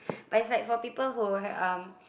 but it's like for people who have um